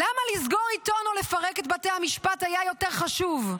למה לסגור עיתון או לפרק את בתי המשפט היה יותר חשוב?